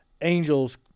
angels